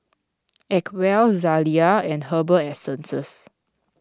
Acwell Zalia and Herbal Essences